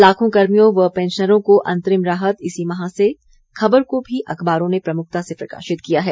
लाखों कर्मियों व पेंशनरों को अंतरिम राहत इसी माह से खबर को भी अखबारों ने प्रमुखता से प्रकाशित किया है